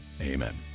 amen